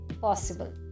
possible